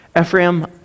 Ephraim